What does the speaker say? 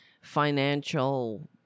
financial